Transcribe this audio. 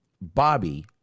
Bobby